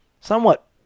somewhat